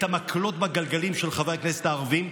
את המקלות בגלגלים של חברי הכנסת הערבים,